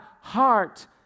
heart